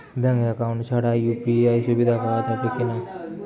Bank account ছাড়া UPI সুবিধা পাওয়া যাবে কি না?